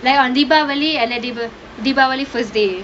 they're on the beverley and edible devour relief was the